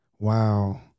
Wow